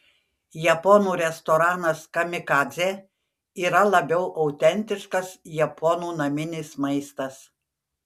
japonų restoranas kamikadzė yra labiau autentiškas japonų naminis maistas